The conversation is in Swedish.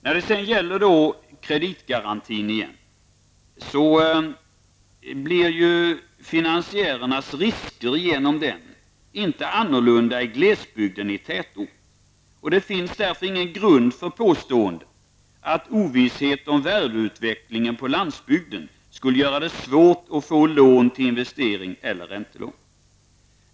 När det gäller kreditgarantin blir ju finansiärernas risker genom den inte mer annorlunda i glesbygd än i tätort. Det finns därför ingen grund för påståenden om att ovissheten om värdeutvecklingen på landsbygden skulle göra det svårt att få lån till investering eller räntelån.